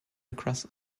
across